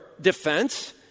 defense